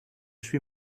suis